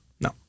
No